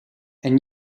and